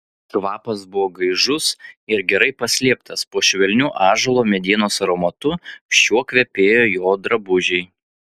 kvapas buvo gaižus ir gerai paslėptas po švelniu ąžuolo medienos aromatu šiuo kvepėjo jo drabužiai